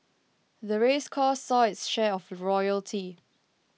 the race course saw its share of royalty